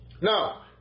Now